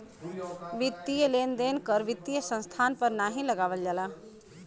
वित्तीय लेन देन कर वित्तीय संस्थान पर नाहीं लगावल जाला